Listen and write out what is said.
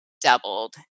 doubled